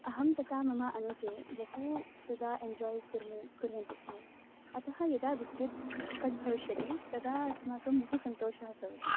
अहं तदा मम अनुजे बहु तदा एन्जाय् कुर्मः कुर्वन्ति स्म अतः यदा विद्युत् कट् भविष्यति तदा अस्माकं बहु सन्तोषः भवति